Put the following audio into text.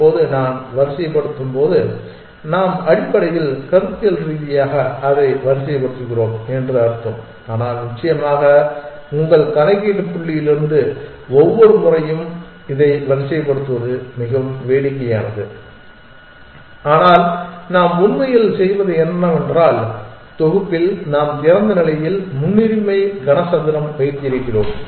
இப்போது நான் வரிசைப்படுத்தும்போது நாம் அடிப்படையில் கருத்தியல் ரீதியாக அதை வரிசைப்படுத்துகிறோம் என்று அர்த்தம் ஆனால் நிச்சயமாக உங்கள் கணக்கீட்டு புள்ளியிலிருந்து ஒவ்வொரு முறையும் இதை வரிசைப்படுத்துவது மிகவும் வேடிக்கையானது ஆனால் நாம் உண்மையில் செய்வது என்னவென்றால் தொகுப்பில் நாம் திறந்த நிலையில் முன்னுரிமை கன சதுரம் வைத்திருக்கிறோம்